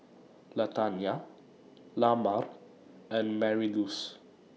Latanya Lamar and Marylouise